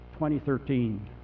2013